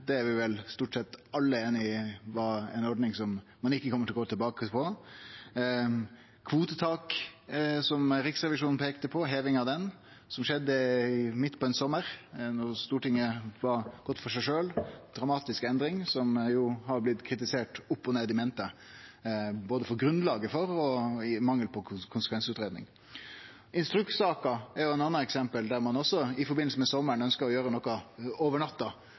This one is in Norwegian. Det er vi vel stort sett alle einige om var ei ordning som ein ikkje kjem til å gå tilbake til. Heving av kvotetaket, som Riksrevisjonen peikte på, som skjedde midt på sommaren da vi på Stortinget hadde reist heim til oss sjølve, var ei dramatisk endring som har blitt kritisert opp og ned i mente, både for grunnlaget og for mangel på konsekvensutgreiing. Instrukssaka er eit anna eksempel, der ein også i forbindelse med sommaren ønskte å gjere noko